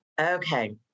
Okay